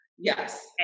yes